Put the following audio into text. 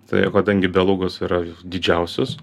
tai o kadangi belugos yra didžiausios